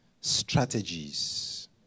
strategies